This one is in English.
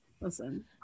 Listen